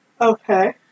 Okay